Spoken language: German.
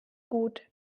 gut